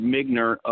Migner